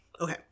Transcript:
Okay